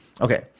Okay